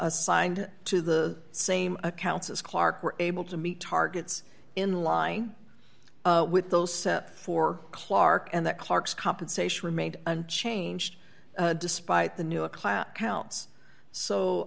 assigned to the same accounts as clarke were able to meet targets in line with those set for clarke and that clark's compensation remained unchanged despite the new a class counts so